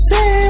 Say